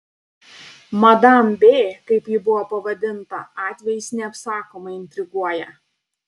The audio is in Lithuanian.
madam b kaip ji buvo pavadinta atvejis neapsakomai intriguoja